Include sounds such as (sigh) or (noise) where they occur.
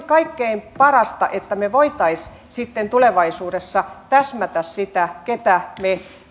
(unintelligible) kaikkein parasta että me voisimme sitten tulevaisuudessa täsmätä sitä ketä me